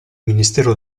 ministero